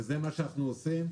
וזה מה שאנחנו עושים.